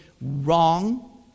wrong